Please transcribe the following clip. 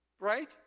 Right